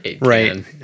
right